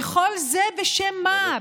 וכל זה, בשם מה?